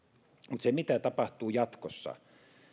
mutta se mitä tapahtuu jatkossa